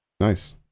Nice